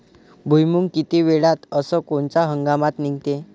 भुईमुंग किती वेळात अस कोनच्या हंगामात निगते?